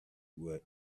were